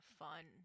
fun